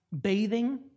bathing